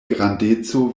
grandeco